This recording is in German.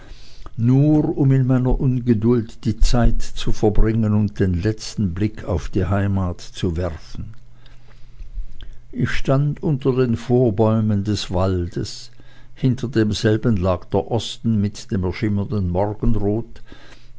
nur um in meiner ungeduld die zeit zu verbringen und den letzten blick auf die heimat zu werfen ich stand unter den vorbäumen des waldes hinter demselben lag der osten mit dem erschimmernden morgenrot